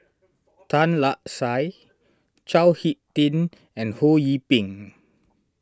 Tan Lark Sye Chao Hick Tin and Ho Yee Ping